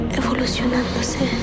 evolucionándose